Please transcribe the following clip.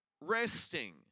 resting